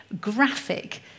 graphic